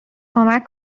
کمک